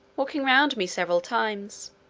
walking round me several times.